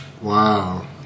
Wow